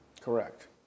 Correct